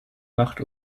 macht